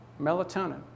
melatonin